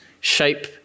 shape